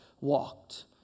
walked